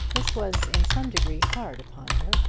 this was in some degree hard upon her,